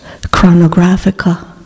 chronographica